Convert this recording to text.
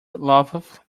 loveth